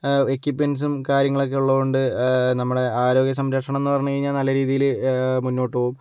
എക്യുപ്മെൻ്സും കാര്യങ്ങളൊക്കെ ഉള്ളതുകൊണ്ട് നമ്മുടെ ആരോഗ്യ സംരക്ഷണം എന്നു പറഞ്ഞ് കഴിഞ്ഞാൽ നല്ല രീതിയിൽ മുന്നോട്ട് പോവും